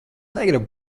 negribu